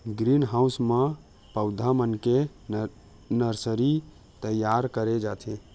green house म पउधा मन के नरसरी तइयार करे जाथे